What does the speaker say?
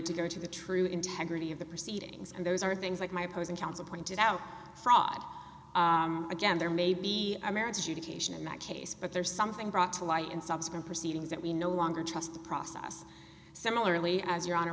to go to the true integrity of the proceedings and those are things like my opposing counsel pointed out fraud again there may be a marriage issue taishan in my case but there is something brought to light in subsequent proceedings that we no longer trust the process similarly as your honor